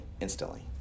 instantly